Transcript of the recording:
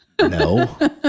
No